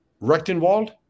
Rechtenwald